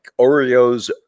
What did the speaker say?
Oreos